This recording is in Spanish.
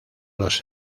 los